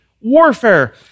warfare